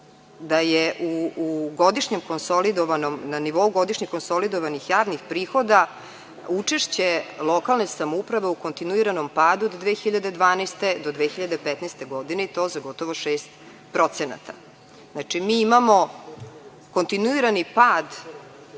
u kojem vidimo da je na nivou godišnje konsolidovanih javnih prihoda učešće lokalne samouprave u kontinuiranom padu od 2012. do 2015. godine, i to za gotovo 6%. Znači, mi imamo kontinuirani pad